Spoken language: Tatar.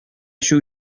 ачу